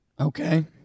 Okay